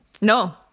No